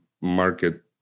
market